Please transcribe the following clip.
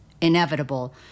inevitable